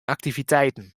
aktiviteiten